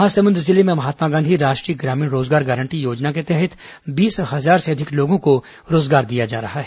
महासमुंद जिले में महात्मा गांधी राष्ट्रीय ग्रामीण रोजगार गारंटी योजना के तहत बीस हजार से अधिक लोगों को रोजगार दिया जा रहा है